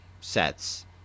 sets